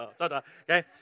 Okay